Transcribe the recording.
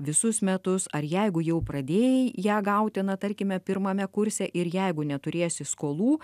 visus metus ar jeigu jau pradėjai ją gauti na tarkime pirmame kurse ir jeigu neturėsi skolų